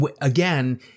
again